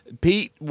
Pete